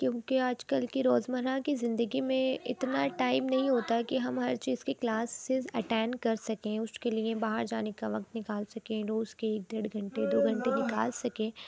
کیونکہ آج کل کی روزمرہ کی زندگی میں اتنا ٹائم نہیں ہوتا ہے کہ ہم ہر چیز کی کلاسز اٹینڈ کر سکیں اس کے لیے باہر جانے کا وقت نکال سکیں روز کے ایک دیڑھ گھنٹے دو گھنٹے نکال سکیں